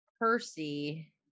Percy